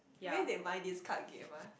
where they buy this card game ah